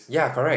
ya correct